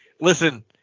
Listen